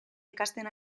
ikasten